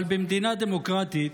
אבל במדינה דמוקרטית,